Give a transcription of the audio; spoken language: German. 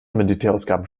militärausgaben